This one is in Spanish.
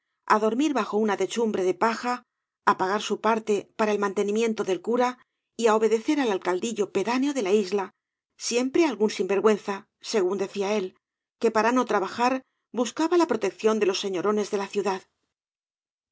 á dormir bajo una techumbre de paja á pagar su parte para el mantenimiento del cura y á obedecer al alcaldillo pedáneo de la isla siempre algún sinvergüenza según decía él que para no trabajar buscaba la protección de ios señorones de la ciudad